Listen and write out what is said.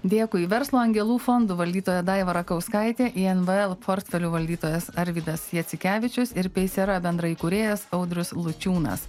dėkui verslo angelų fondo valdytoja daiva rakauskaitė invl portfelių valdytojas arvydas jacikevičius ir paysera bendraįkūrėjas audrius lučiūnas